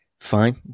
fine